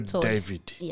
David